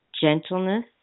gentleness